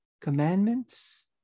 commandments